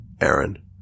Aaron